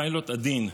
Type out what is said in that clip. פיילוט עדין,